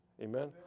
Amen